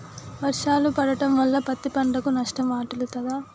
వర్షాలు పడటం వల్ల పత్తి పంటకు నష్టం వాటిల్లుతదా?